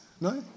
No